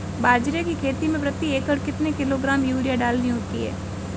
बाजरे की खेती में प्रति एकड़ कितने किलोग्राम यूरिया डालनी होती है?